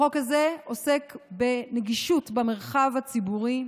החוק הזה עוסק בנגישות במרחב הציבורי.